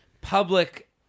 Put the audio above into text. public